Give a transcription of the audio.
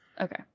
Okay